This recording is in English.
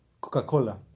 Coca-Cola